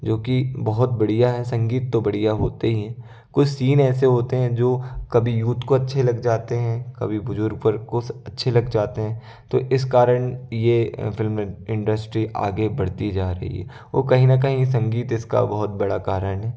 जो कि बहुत बढ़िया है संगीत तो बढ़िया होते ही हैं कुछ सीन ऐसे होते हैं जो कभी यूथ को अच्छे लग जाते हैं कभी बुजुर्ग पर कुछ अच्छे लग जाते हैं तो इस कारण यह फ़िल्म इंडस्ट्री आगे बढ़ती जा रही है और कहीं न कहीं संगीत इसका बहुत बड़ा कारण है